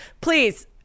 please